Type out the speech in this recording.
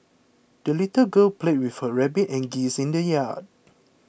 the little girl played with her rabbit and geese in the yard